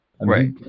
Right